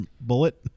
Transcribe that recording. bullet